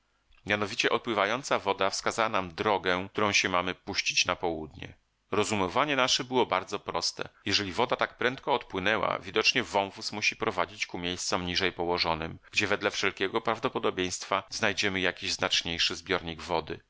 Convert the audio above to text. mianowicie odpływająca woda wskazała nam drogę którą się mamy puścić na południe rozumowanie nasze było bardzo proste jeżeli woda tak prędko odpłynęła widocznie wąwóz musi prowadzić ku miejscom niżej położonym gdzie wedle wszelkiego prawdopodobieństwa znajdziemy jakiś znaczniejszy zbiornik wody